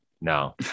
No